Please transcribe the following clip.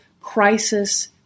crisis